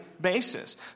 basis